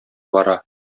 бара